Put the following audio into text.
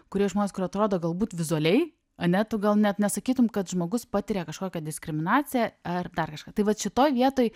kurie žmonės kurie atrodo galbūt vizualiai ane tu gal net nesakytum kad žmogus patiria kažkokią diskriminaciją ar dar kažką tai vat šitoj vietoj